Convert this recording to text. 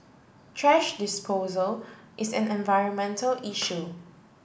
Thrash disposal is an environmental issue